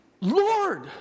Lord